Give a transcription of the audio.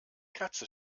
katze